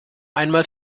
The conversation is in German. einmal